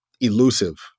elusive